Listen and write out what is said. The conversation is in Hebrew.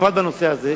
בפרט בנושא הזה.